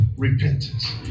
repentance